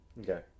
Okay